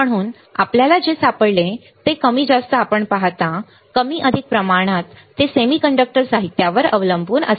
म्हणून आपल्याला जे सापडले ते कमी जास्त आपण पाहता कमी अधिक प्रमाणात ते सेमीकंडक्टर साहित्यावर अवलंबून असते